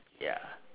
ya